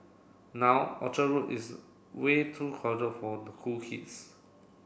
now Orchard Road is way too crowded for the cool kids